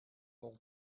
old